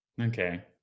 okay